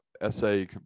essay